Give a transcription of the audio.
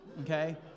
Okay